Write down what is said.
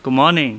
good morning